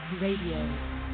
Radio